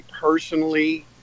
personally